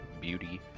beauty